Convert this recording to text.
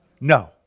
No